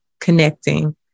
connecting